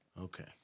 Okay